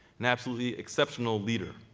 an absolutely exceptional leader,